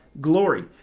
glory